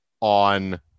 on